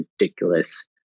ridiculous